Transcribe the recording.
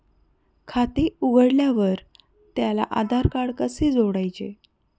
खाते उघडल्यावर त्याला आधारकार्ड कसे जोडायचे?